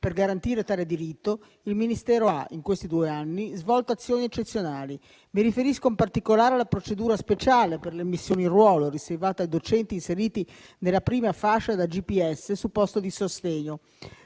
per garantire tale diritto il Ministero ha, in questi due anni, svolto azioni eccezionali. Mi riferisco, in particolare, alla procedura speciale per le immissioni in ruolo riservata ai docenti inseriti nella prima fascia da GPS su posto di sostegno